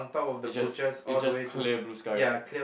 is just is just clear blue sky right